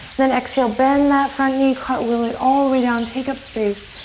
then exhale, bend that front knee. cartwheel it all way down. take up space.